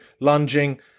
lunging